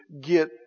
get